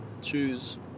choose